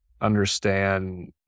understand